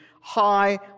high